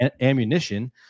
ammunition